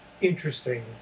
interesting